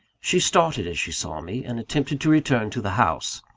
she started as she saw me, and attempted to return to the house.